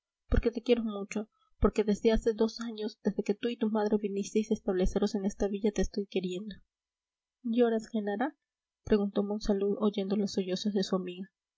porque te quiero mucho porque desde hace dos años desde que tú y tu madre vinisteis a estableceros en esta villa te estoy queriendo lloras genara preguntó monsalud oyendo los sollozos de su amiga